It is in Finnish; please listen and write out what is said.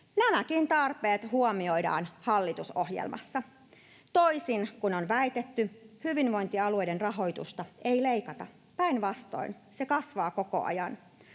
Nämäkin tarpeet huomioidaan hallitusohjelmassa. Toisin kuin on väitetty, hyvinvointialueiden rahoitusta ei leikata, päinvastoin se kasvaa koko ajan.